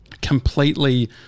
Completely